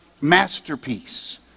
masterpiece